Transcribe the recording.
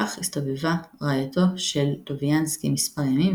כך הסתובבה רעייתו של טוביאנסקי מספר ימים,